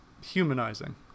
humanizing